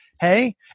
Hey